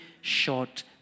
short